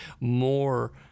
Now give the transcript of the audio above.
more